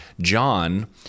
John